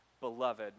beloved